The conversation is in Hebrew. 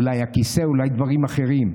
אולי הכיסא, אולי דברים אחרים.